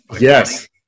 Yes